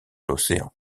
l’océan